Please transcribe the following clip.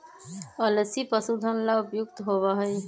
अलसी पशुधन ला उपयुक्त होबा हई